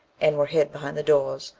and were hid behind the doors,